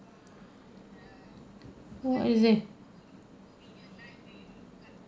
what is it